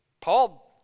Paul